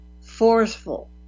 forceful